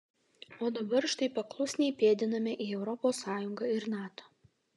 o dabar štai paklusniai pėdiname į europos sąjungą ir nato